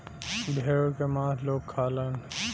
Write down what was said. भेड़ क मांस लोग खालन